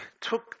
took